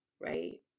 right